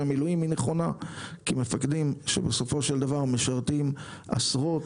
המילואים היא נכונה כי מפקדים שבסופו של דבר משרתים עשרות